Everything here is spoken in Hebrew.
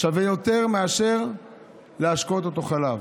זה שווה יותר מאשר להשקות אותו בחלב,